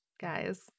guys